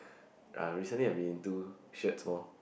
uh recently I have been into shirts more